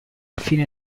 fine